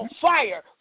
fire